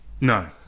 No